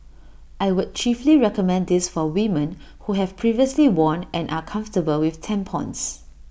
I would chiefly recommend this for women who have previously worn and are comfortable with tampons